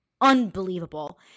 unbelievable